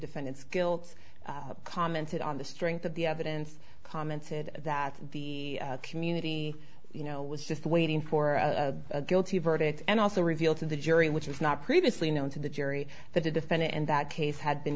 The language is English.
defendant's guilt commented on the strength of the evidence commented that the community you know was just waiting for a guilty verdict and also revealed to the jury which is not previously known to the jury that the defendant in that case had been